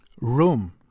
room